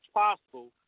possible